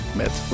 met